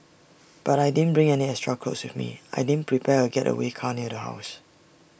but I didn't bring any extra clothes with me I didn't prepare A getaway car near the house